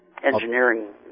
Engineering